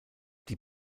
die